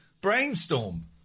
brainstorm